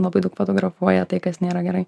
labai daug fotografuoja tai kas nėra gerai